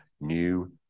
new